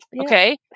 Okay